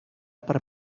per